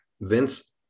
Vince